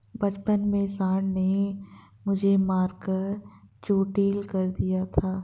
बचपन में सांड ने मुझे मारकर चोटील कर दिया था